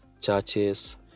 churches